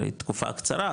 הרי תקופה קצרה,